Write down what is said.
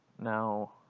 now